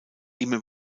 immer